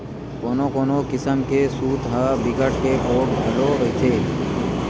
कोनो कोनो किसम के सूत ह बिकट के पोठ घलो रहिथे